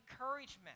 encouragement